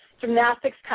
Gymnastics